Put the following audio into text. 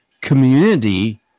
community